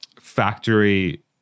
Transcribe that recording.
factory